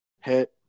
hit